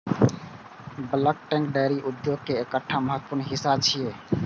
bulk tank dairy उद्योग के एकटा महत्वपूर्ण हिस्सा छियै